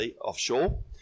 offshore